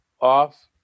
off